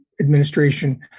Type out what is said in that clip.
administration